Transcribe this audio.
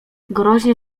groźnie